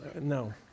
No